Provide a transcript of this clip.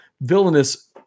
villainous